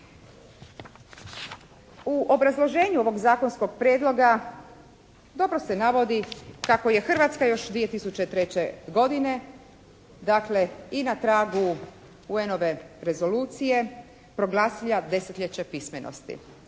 U obrazloženju ovog zakonskog prijedloga dobro se navodi kako je Hrvatska još 2003. godine, dakle i na tragu UN-ove rezolucije, proglasila desetljeće pismenosti.